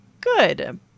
Good